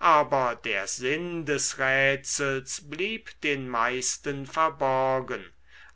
aber der sinn des rätsels blieb den meisten verborgen